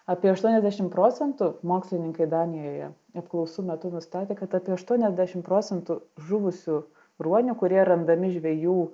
apie aštuoniasdešim procentų mokslininkai danijoje apklausų metu nustatė kad apie aštuoniasdešim procentų žuvusių ruonių kurie randami žvejų